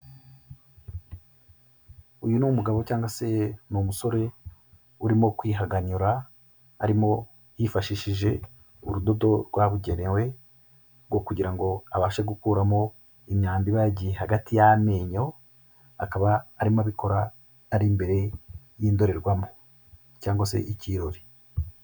Uyu ni umugabo cyangwa se n'umusore urimo kwihaganyura, arimo yifashishije urudodo rwabugenewe rwo kugira ngo abashe gukuramo imyanda iba yagiye hagati y'amenyo, akaba arimo abikora ari imbere y'indorerwamo, cyangwa se ikirori.